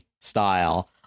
style